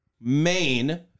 main